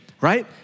Right